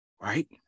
Right